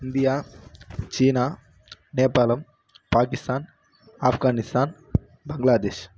India China நேபாளம் பாகிஸ்தான் ஆஃப்கானிஸ்தான் பங்களாதேஷ்